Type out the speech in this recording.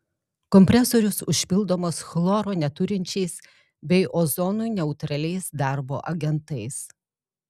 kompresorius užpildomas chloro neturinčiais bei ozonui neutraliais darbo agentais